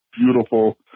beautiful